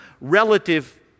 relative